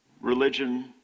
Religion